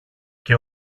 και